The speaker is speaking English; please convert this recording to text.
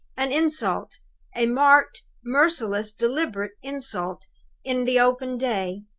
an insult a marked, merciless, deliberate insult in the open day!